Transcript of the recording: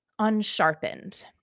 unsharpened